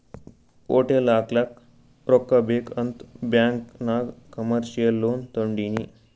hotel ಹಾಕ್ಲಕ್ ರೊಕ್ಕಾ ಬೇಕ್ ಅಂತ್ ಬ್ಯಾಂಕ್ ನಾಗ್ ಕಮರ್ಶಿಯಲ್ ಲೋನ್ ತೊಂಡಿನಿ